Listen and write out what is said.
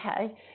Okay